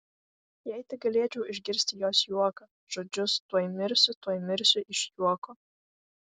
jei tik galėčiau išgirsti jos juoką žodžius tuoj mirsiu tuoj mirsiu iš juoko